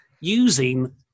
using